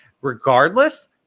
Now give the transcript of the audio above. regardless